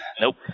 Nope